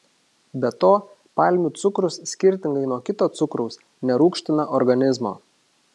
be to palmių cukrus skirtingai nuo kito cukraus nerūgština organizmo